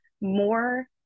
more